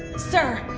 sir.